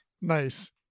Nice